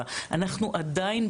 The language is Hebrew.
והטכנולוגיה.